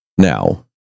Now